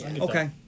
Okay